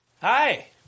Hi